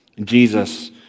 Jesus